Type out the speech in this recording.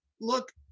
look